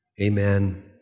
Amen